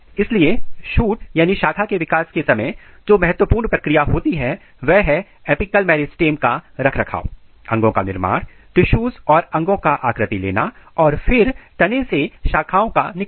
इसलिए शूट शाखा के विकास के समय जो महत्वपूर्ण प्रक्रिया होती है वह है एपिकल मेरिस्टेम का रखरखाव अंगों का निर्माण टिशूज और अंगों का आकृति लेना और फिर तने से शाखाओं का निकलना